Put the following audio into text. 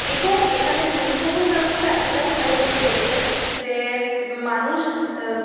এবং এখানে পরিবহন ব্যবস্থা এতটাই ভালো হয়ে গেছে যে মানুষ